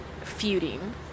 feuding